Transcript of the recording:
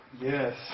Yes